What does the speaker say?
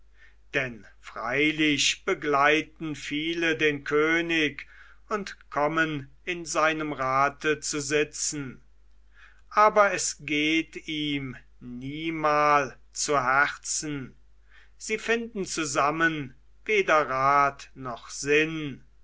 denn freilich begleiten viele den könig und kommen in seinem rate zu sitzen aber es geht ihm niemal zu herzen sie finden zusammen weder rat noch sinn